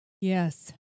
yes